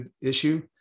issue